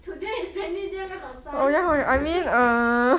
today is raining day where got sun